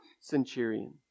centurion